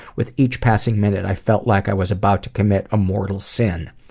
with each passing minute, i felt like i was about to commit a mortal sin.